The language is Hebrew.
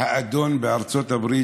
האדון בארצות הברית,